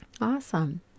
Awesome